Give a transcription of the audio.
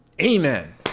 Amen